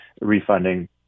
refunding